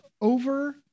over